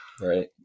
right